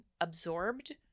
absorbed